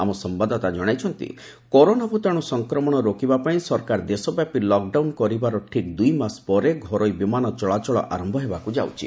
ଆମ ସମ୍ଘାଦଦାତା ଜଣାଇଛନ୍ତି କରୋନାଭୂତାଣୁ ସଂକ୍ରମଣ ରୋକିବାପାଇଁ ସରକାର ଦେଶବ୍ୟାପୀ ଲକଡାଉନ ଲାଗୁ କରିବାର ଠିକ୍ ଦୁଇମାସ ପରେ ଘରୋଇ ବିମାନ ଚଳାଚଳ ଆରମ୍ଭ ହେବାକୁ ଯାଉଛି